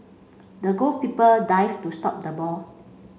the goalkeeper dived to stop the ball